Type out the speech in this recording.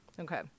Okay